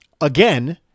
again